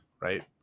Right